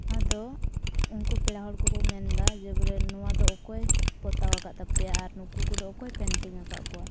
ᱟᱫᱚ ᱩᱱᱠᱩ ᱯᱮᱲᱟ ᱦᱚᱲ ᱠᱚᱠᱚ ᱢᱮᱱᱮᱫᱟ ᱡᱮ ᱵᱚᱞᱮ ᱱᱚᱣᱟ ᱫᱚ ᱚᱠᱚᱭ ᱯᱚᱛᱟᱣ ᱟᱠᱟᱫ ᱛᱟᱯᱮᱭᱟ ᱟᱨ ᱱᱩᱠᱩ ᱠᱚᱫᱚ ᱚᱠᱚᱭ ᱟᱠᱟᱫ ᱠᱚᱣᱟ